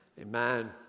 amen